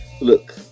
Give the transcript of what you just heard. Look